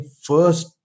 first